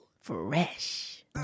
fresh